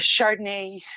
Chardonnay